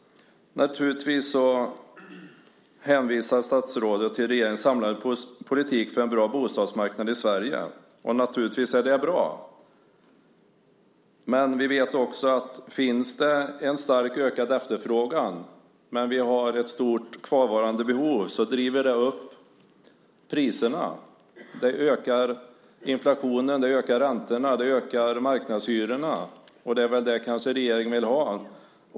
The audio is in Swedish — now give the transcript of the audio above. Statsrådet hänvisar till regeringens samlade politik för en bra bostadsmarknad i Sverige. Det är naturligtvis bra. Men vi vet också att om det finns en starkt ökad efterfrågan och ett stort kvarvarande behov driver det upp priserna. Det ökar inflationen, det ökar räntorna och det ökar marknadshyrorna, och det är kanske det som regeringen vill ha.